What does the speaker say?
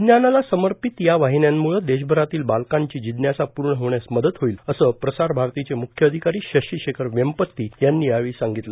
विज्ञानाला समर्पीत या वाहिन्यांमुळे देशभरातील बालकांची जिज्ञासा पूर्ण होण्यास मदत होईल असं प्रसार भारतीचे म्ख्य अधिकारी शशी शेखर वेम्पती यांनी यावेळी सांगितलं